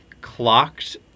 clocked